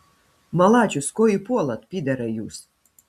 malačius ko jį puolat pyderai jūs